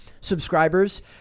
subscribers